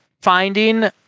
finding